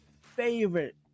favorite